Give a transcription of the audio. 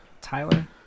tyler